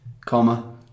Comma